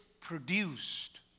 produced